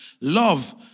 love